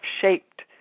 shaped